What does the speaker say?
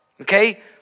Okay